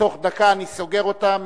תוך דקה אני סוגר אותה.